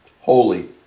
holy